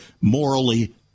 morally